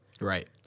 Right